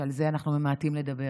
שעל זה אנחנו ממעטים לדבר.